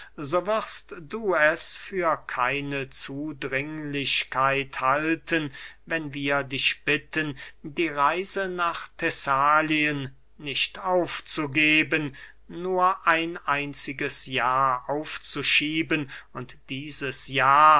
wirst du es für keine zudringlichkeit halten wenn wir dich bitten die reise nach thessalien nicht aufzugeben nur ein einziges jahr aufzuschieben und dieses jahr